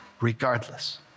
regardless